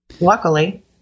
luckily